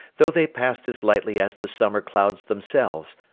though they passed as lightly as the summer clouds themselves,